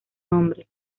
nombre